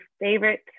favorite